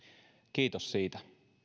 kiitos siitä